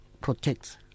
protects